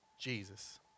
Jesus